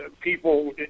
people